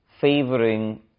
favoring